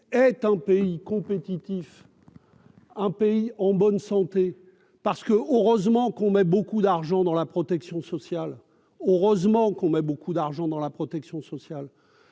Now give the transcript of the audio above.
est un pays compétitif. Un pays en bonne santé, parce que, heureusement qu'on met beaucoup d'argent dans la protection sociale ont heureusement qu'on met beaucoup d'argent dans la protection sociale,